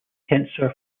tensor